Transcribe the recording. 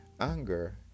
anger